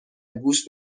گوش